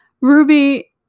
Ruby